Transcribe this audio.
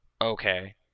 Okay